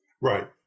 Right